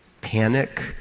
panic